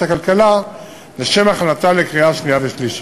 הכלכלה לשם הכנתה לקריאה שנייה ושלישית.